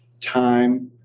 time